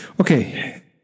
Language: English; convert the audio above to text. Okay